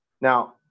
Now